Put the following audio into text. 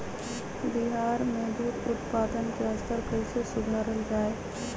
बिहार में दूध उत्पादन के स्तर कइसे सुधारल जाय